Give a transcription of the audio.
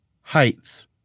heights